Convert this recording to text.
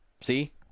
see